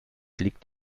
liegt